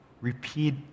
repeat